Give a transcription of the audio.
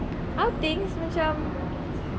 outings macam